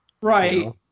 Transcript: Right